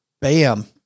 Bam